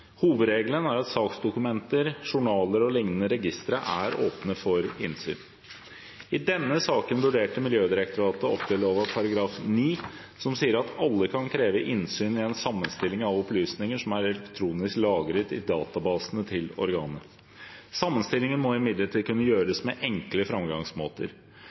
registre er åpne for innsyn. I denne saken vurderte Miljødirektoratet offentleglova § 9, som sier at alle kan kreve innsyn i en sammenstilling av opplysninger som er elektronisk lagret i databasene til organet. Sammenstillingen må imidlertid kunne gjøres med enkle framgangsmåter.